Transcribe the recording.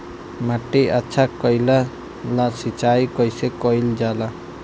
माटी अच्छा कइला ला सिंचाई कइसे कइल जाला?